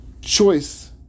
Choice